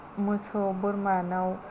मोसौ बोरमानाव